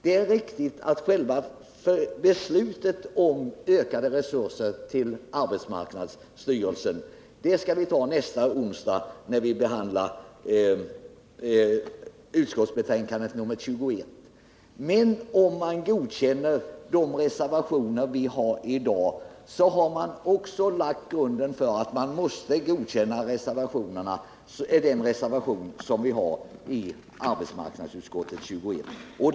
Det är riktigt att själva beslutet om ökade resurser till arbetsmarknadsstyrelsen skall fattas nästa onsdag, när vi behandlar utskottsbestänkandet nr 21. Men om man godkänner de reservationer vi har i dag, har man också lagt en sådan grund att man måste godkänna den reservation som vi har i arbetsmarknadsutskottets betänkande nr 21.